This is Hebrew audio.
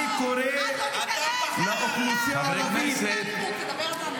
קריאה להבערת צמיגים, שירד למטה.